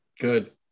Good